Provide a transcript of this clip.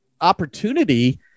opportunity